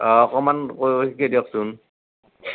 অ অকণমান শিকেই দিয়কচোন